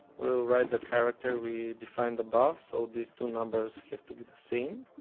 will write the character we defined above. so these two numbers have to be the same.